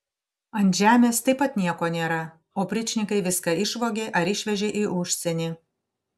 ant žemės taip pat nieko nėra opričnikai viską išvogė ar išvežė į užsienį